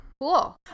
cool